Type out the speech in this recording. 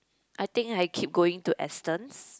I think I keep going to Aston's